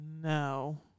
No